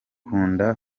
kunda